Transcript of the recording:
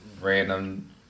random